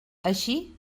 així